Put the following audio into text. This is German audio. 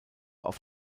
auf